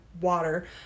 water